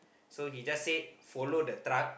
so he just said follow the truck